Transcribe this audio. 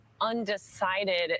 undecided